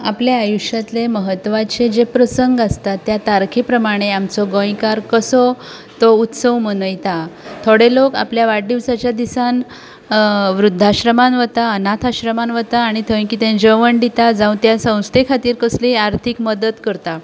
आपले आयुश्यांतले महत्वाचे जे प्रसंग आसतात त्या तारखे प्रमाणे आमचो गोंयकार कसो तो उत्सव मनयता थोडें लोक आपल्या वाडदिवसाचें निमतान वृध्दाश्रमांत वतात अनाथ आश्रमांत वतात आनी थंय कितें जेवण दिता जावं त्या संस्थे खातीर कसलीय आर्थीक मदत करतात